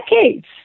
decades